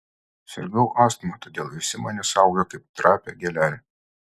sirgau astma todėl visi mane saugojo kaip trapią gėlelę